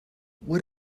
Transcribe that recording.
what